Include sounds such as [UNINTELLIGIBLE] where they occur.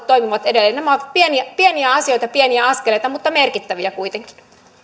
[UNINTELLIGIBLE] toimivat edelleen nämä ovat pieniä asioita pieniä askeleita mutta merkittäviä kuitenkin